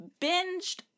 binged